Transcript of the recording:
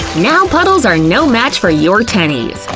now puddles are no match for your tennies!